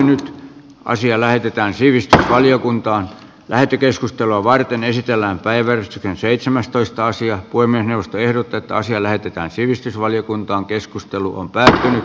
nyt asia lähetetään sivistysvaliokuntaan lähetekeskustelua varten esitellään päivän seitsemästoista sija voimme nousta ehdotetaan siellä pitää sivistysvaliokuntaan keskusteluun päähän